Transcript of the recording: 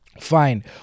fine